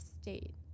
state